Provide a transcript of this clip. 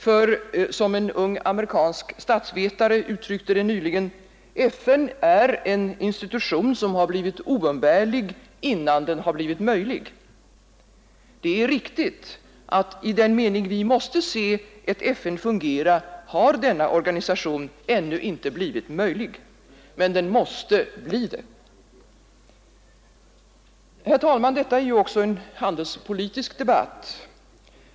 För, som en ung amerikansk statsvetare uttryckte det nyligen, FN är en institution som har blivit oumbärlig innan den har blivit möjlig. Det är riktigt att i den mening vi måste se ett FN fungera har denna organisation ännu inte blivit möjlig. Men den måste bli det. Herr talman! Detta är ju också en handelspolitisk debatt.